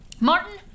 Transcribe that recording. Martin